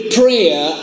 prayer